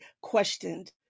questioned